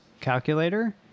calculator